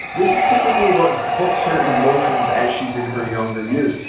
this is typically what hooks her emotions as she's in her younger years.